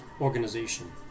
organization